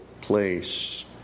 place